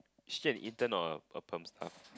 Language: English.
straight intern or a perm staff